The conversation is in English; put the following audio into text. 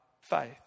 faith